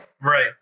Right